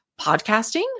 podcasting